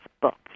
books